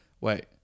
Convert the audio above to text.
Wait